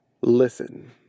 listen